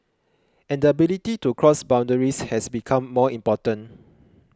and the ability to cross boundaries has become more important